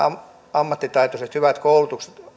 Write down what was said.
ammattitaitoiset hyvät